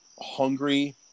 hungry